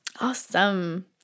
Awesome